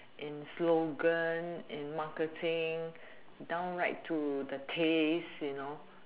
in slogan in marketing down right to the taste you know